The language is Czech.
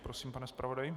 Prosím, pane zpravodaji.